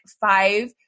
five